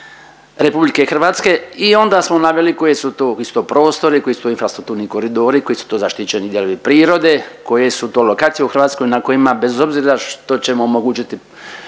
Hvala vam